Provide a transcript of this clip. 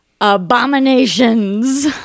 abominations